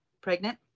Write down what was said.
pregnant